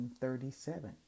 1937